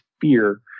fear